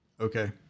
Okay